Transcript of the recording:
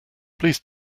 please